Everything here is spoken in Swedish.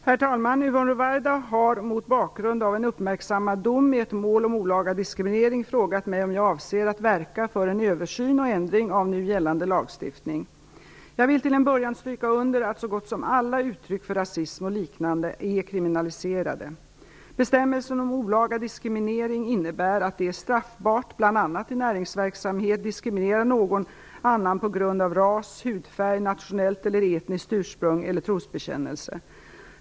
Herr talman! Yvonne Ruwaida har mot bakgrund av en uppmärksammad dom i ett mål om olaga diskriminering frågat mig om jag avser att verka för en översyn och en ändring av nu gällande lagstiftning. Jag vill till en början stryka under att så gott som alla uttryck för rasism och liknande är kriminaliserade. Bestämmelsen om olaga diskriminering innebär att det är straffbart bl.a. att i näringsverksamhet diskriminera någon annan på grund av ras, hudfärg, nationellt eller etniskt ursprung eller trosbekännelse.